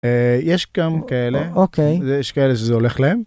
יש גם כאלה אוקיי יש כאלה זה הולך להם.